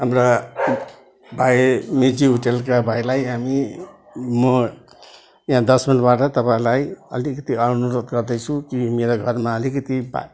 हाम्रा भाइ मित ज्यू होटलका भाइलाई हामी म यहाँ दस माइलबाट तपाईँहरूलाई अलिकति अनुरोध गर्दैछु कि मेरा घरमा अलिकति